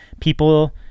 people